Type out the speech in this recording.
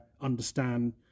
understand